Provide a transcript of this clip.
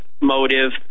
motive